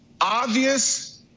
obvious